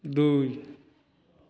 दू